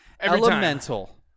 Elemental